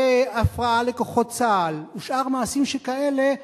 והפרעה לכוחות צה"ל, ושאר מעשים שכאלה,